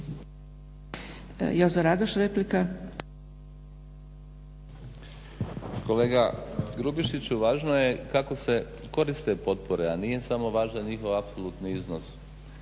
Jozo (HNS)** Kolega Grubišiću važno je kako se koriste potpore, a nije samo važan njihov apsolutni iznos.